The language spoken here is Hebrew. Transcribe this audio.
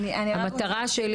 המטרה שלי